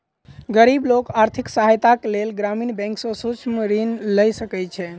गरीब लोक आर्थिक सहायताक लेल ग्रामीण बैंक सॅ सूक्ष्म ऋण लय सकै छै